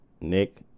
Nick